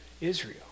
Israel